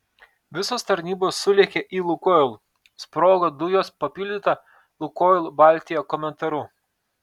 visos tarnybos sulėkė į lukoil sprogo dujos papildyta lukoil baltija komentaru